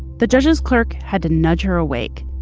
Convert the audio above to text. the judge's clerk had to nudge her awake.